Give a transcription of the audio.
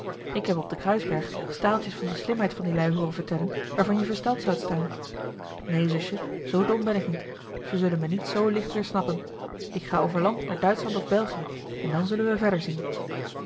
ik heb op den kruisberg staaltjes van de slimheid van die lui hooren vertellen waarvan je versteld zoudt staan neen zusje zoo dom ben ik niet ze zullen me niet zoo licht weer snappen ik ga over land naar duitschland of belgië en dan zullen we verder zien